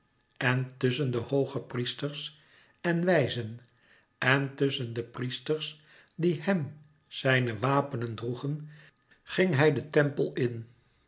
en tusschen de hoogepriesters en wijzen en tusschen de priesters die hem zijne wapenen droegen ging hij den tempel in